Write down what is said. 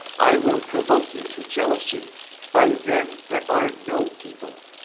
i will provoke you to jealousy by them that are no people,